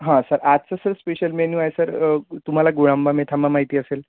हं सर आजचं sir special menu आहे सर तुम्हाला गुळांबा मेथांबा माहिती असेल